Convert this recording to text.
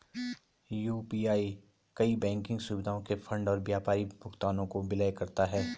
UPI कई banking सुविधाओं के फंड और व्यापारी भुगतानों को विलय करता है